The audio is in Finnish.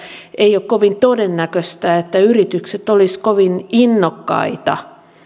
ei ole kovin todennäköistä että yritykset olisivat kovin innokkaita